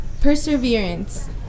perseverance